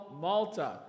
Malta